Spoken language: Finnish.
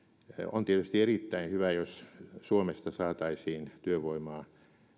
on tietysti erittäin hyvä jos suomesta saataisiin työvoimaa